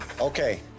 Okay